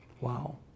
Wow